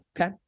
Okay